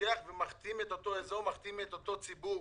שמכתימים את אותו אזור ואת אותו ציבור.